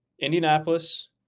Indianapolis